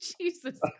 Jesus